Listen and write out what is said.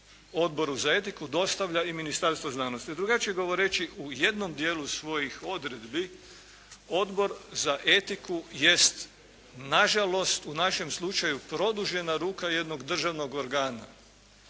Odboru za etiku dostavlja i Ministarstvo znanosti. Drugačije govoreći, u jednom dijelu svojih odredbi Odbor za etiku jest na žalost u našem slučaju produžena ruka jednog državnog organa